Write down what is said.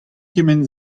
kement